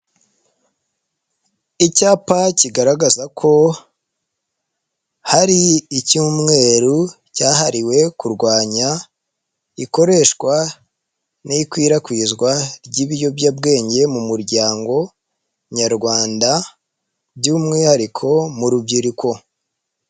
Icyapa kigaragaza ko hari icyumweru cyahariwe kurwanya ikoreshwa n'ikwirakwizwa ry'ibiyobyabwenge mu muryango Nyarwanda by'umwihariko mu rubyiruko.